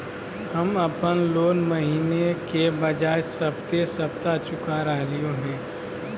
हम अप्पन लोन महीने के बजाय सप्ताहे सप्ताह चुका रहलिओ हें